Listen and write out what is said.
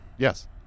Yes